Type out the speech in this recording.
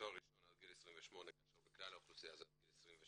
תואר ראשון עד גיל 28 כאשר בכלל האוכלוסייה זה עד גיל 27,